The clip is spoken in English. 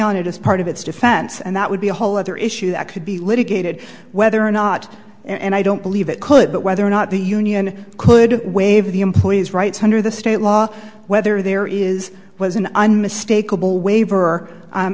on it as part of its defense and that would be a whole other issue that could be litigated whether or not and i don't believe it could but whether or not the union could waive the employee's rights under the state law whether there is was an